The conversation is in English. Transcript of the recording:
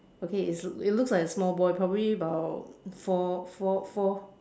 okay it it looks like a small boy probably about four four four